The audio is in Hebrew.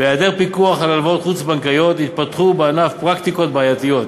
בהיעדר פיקוח על הלוואות חוץ-בנקאיות התפתחו בענף פרקטיקות בעייתיות.